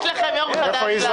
יש לכם יום חדש.